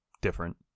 different